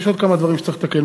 יש עוד כמה דברים שצריך לתקן,